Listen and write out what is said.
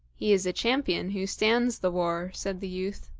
he is a champion who stands the war, said the youth.